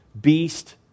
beast